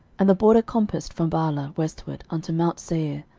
and the border compassed from baalah westward unto mount seir,